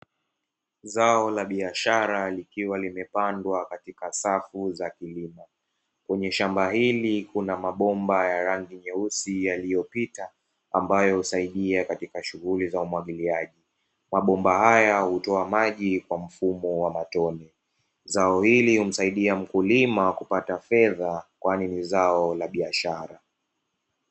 Zao la biashara likiwa limepandwa safu za milima kwenye shamba hili kuna mabomba ya rangi nyeusi yaliyopita.